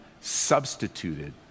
substituted